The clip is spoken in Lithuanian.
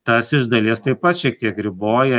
tas iš dalies taip pat šiek tiek riboja